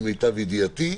למיטב ידיעתי.